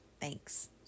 Thanks